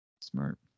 Smart